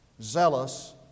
zealous